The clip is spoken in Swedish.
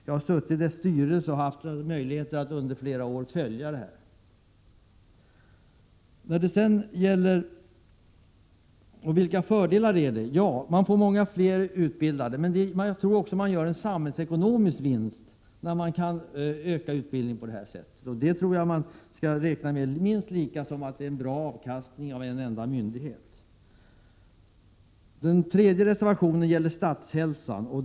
Jag har suttit i SIPU:s styrelse och haft möjlighet att under flera år följa verksamheten. Vilka är då fördelarna? Man får många fler utbildade, men jag tror också att man gör en samhällsekonomisk vinst när utbildningen kan ökas på detta sätt som bör räknas som minst lika bra som avkastningen av en enda myndighet. Den tredje reservationen gäller Statshälsan.